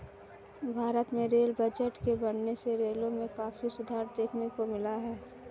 भारत में rail budget के बढ़ने से रेलों में काफी सुधार देखने को मिला है